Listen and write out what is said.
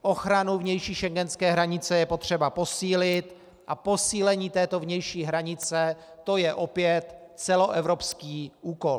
Ochranu vnější schengenské hranice je potřeba posílit a posílení této vnější hranice, to je opět celoevropský úkol.